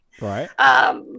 Right